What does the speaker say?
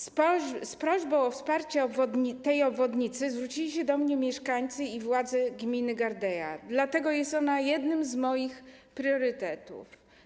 Z prośbą o wsparcie budowy tej obwodnicy zwrócili się do mnie mieszkańcy i władze gminy Gardeja, dlatego jest ona jednym z moich priorytetów.